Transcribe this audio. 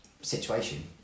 situation